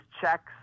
checks